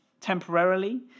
temporarily